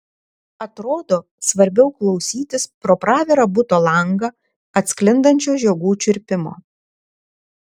atrodo svarbiau klausytis pro pravirą buto langą atsklindančio žiogų čirpimo